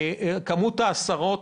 כמות ההסרות.